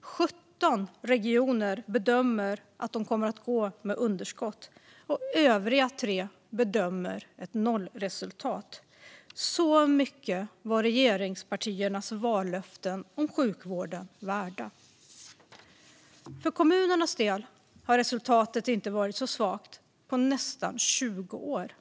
17 regioner bedömer att de kommer att gå med underskott, och övriga 3 bedömer ett nollresultat. Så mycket var regeringspartiernas vallöften om sjukvården värda. För kommunernas del har resultatet inte varit så svagt på nästan 20 år.